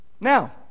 Now